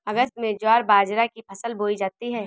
अगस्त में ज्वार बाजरा की फसल बोई जाती हैं